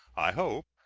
i hope,